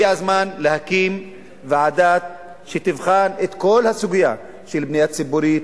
הגיע הזמן להקים ועדה שתבחן את כל הסוגיה של בנייה ציבורית,